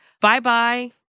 bye-bye